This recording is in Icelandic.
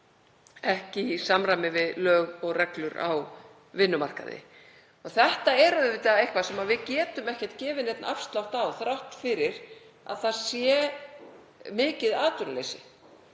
ekki í samræmi við lög og reglur á vinnumarkaði. Þetta er auðvitað eitthvað sem við getum ekki gefið neinn afslátt af þrátt fyrir að það sé mikið atvinnuleysi.